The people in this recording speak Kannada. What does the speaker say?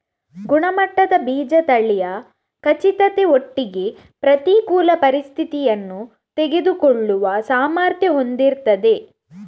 ಗುಣಮಟ್ಟದ ಬೀಜ ತಳಿಯ ಖಚಿತತೆ ಒಟ್ಟಿಗೆ ಪ್ರತಿಕೂಲ ಪರಿಸ್ಥಿತಿಯನ್ನ ತಡೆದುಕೊಳ್ಳುವ ಸಾಮರ್ಥ್ಯ ಹೊಂದಿರ್ತದೆ